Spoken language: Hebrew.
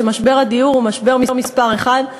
שמשבר הדיור הוא משבר מספר אחת,